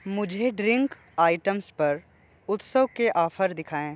मुझे drink items पर उत्सव के ऑफर दिखाएँ